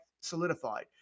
solidified